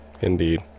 indeed